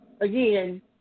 again